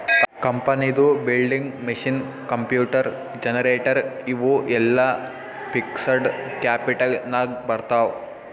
ಕಂಪನಿದು building, machine, computer, generator ಇವು ಎಲ್ಲಾ ಫಿಕ್ಸಡ್ ಕ್ಯಾಪಿಟಲ್ ನಾಗ್ ಬರ್ತಾವ್